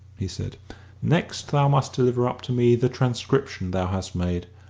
he said next thou must deliver up to me the transcription thou hast made,